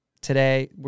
today